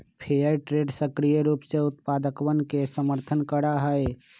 fair trade सक्रिय रूप से उत्पादकवन के समर्थन करा हई